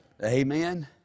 Amen